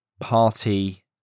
party